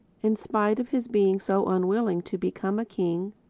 in spite of his being so unwilling to become a king,